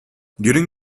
during